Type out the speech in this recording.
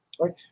right